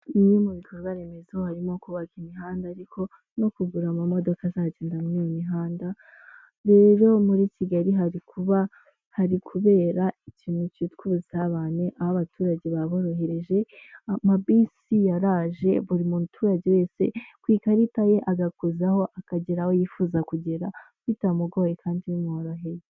Bimwe mu bikorwa remezo harimo kubaka imihanda ariko no kugura amamodoka azagenda muri iyo mihanda, rero muri Kigali hari kuba, hari kubera ikintu cyitwa ubusabane aho abaturage baborohereje, amabisi yaraje buri muturage wese ku ikarita ye agakozaho akagera aho yifuza kugera bitamugoye kandi bimworoheye.